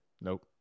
Nope